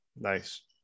Nice